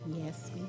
Yes